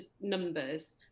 numbers